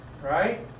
Right